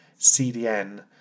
CDN